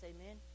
Amen